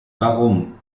warum